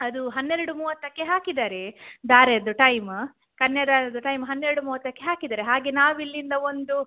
ಅದು ಹನ್ನೆರಡು ಮೂವತ್ತಕ್ಕೆ ಹಾಕಿದ್ದಾರೆ ಧಾರೆಯದ್ದು ಟೈಮ್ ಕನ್ಯಾದಾನದ್ದು ಟೈಮ್ ಹನ್ನೆರಡು ಮೂವತ್ತಕ್ಕೆ ಹಾಕಿದ್ದಾರೆ ಹಾಗೆ ನಾವಿಲ್ಲಿಂದ ಒಂದು